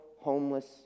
homeless